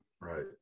right